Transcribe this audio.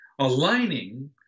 aligning